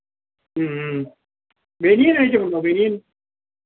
ഉം ഉം ഉം ബനിയൻ ഐറ്റം ഉണ്ടോ ബനിയന്